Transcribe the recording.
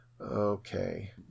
Okay